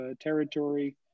territory